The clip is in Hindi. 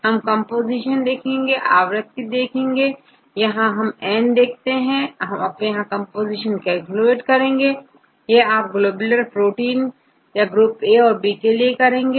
हम कंपोजीशन आवृत्ति देखेंगे यहां यहN है आप यहां कंपोजीशन कैलकुलेट करेंगे यह आप ग्लोब्यूलर प्रोटीन या ग्रुप ए या ग्रुप बी के लिए करेंगे